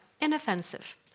inoffensive